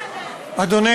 חיים